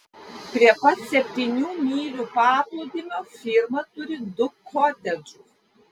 prie pat septynių mylių paplūdimio firma turi du kotedžus